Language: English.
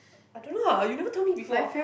I don't know ah you never tell me before